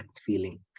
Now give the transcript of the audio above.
feeling